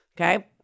Okay